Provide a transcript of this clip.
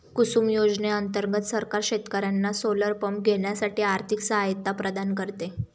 कुसुम योजने अंतर्गत सरकार शेतकर्यांना सोलर पंप घेण्यासाठी आर्थिक सहायता प्रदान करते